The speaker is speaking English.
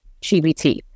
GBT